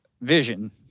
vision